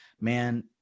man